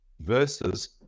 versus